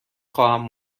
خواهم